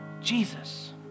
Jesus